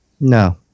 No